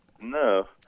No